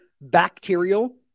bacterial